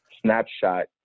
snapshot